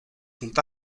sont